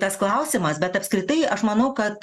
tas klausimas bet apskritai aš manau kad